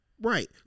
Right